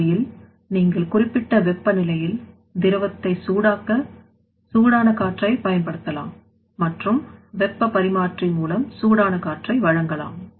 இந்த வழியில் நீங்கள் குறிப்பிட்ட வெப்பநிலையில் திரவத்தை சூடாக்க சூடான காற்றை பயன்படுத்தலாம் மற்றும் வெப்பப் பரிமாற்றி மூலம் சூடான காற்றை வழங்கலாம்